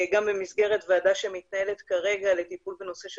גם במסגרת ועדה שמתנהלת כרגע לטיפול בנושא של